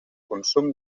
consum